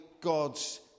God's